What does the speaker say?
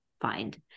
find